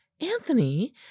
anthony